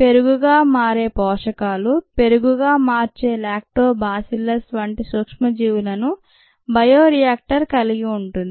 పెరుగుగా మరే పోషకాలు పెరుగుగా మార్చే లాక్టోబాసిల్లస్ వంటి సూక్ష్మజీవులను బయోరియాక్టర్ కలిగి ఉంటుంది